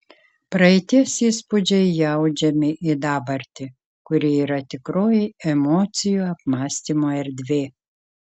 praeities įspūdžiai įaudžiami į dabartį kuri yra tikroji emocijų apmąstymų erdvė